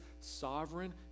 sovereign